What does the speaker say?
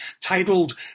titled